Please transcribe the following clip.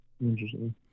Interesting